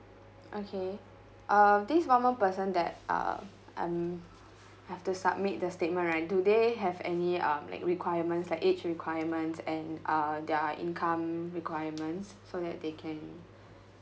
okay uh this one more person that uh I'm have to submit the statement right do they have any um like requirements like age requirements and uh their income requirements so that they can